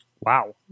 Wow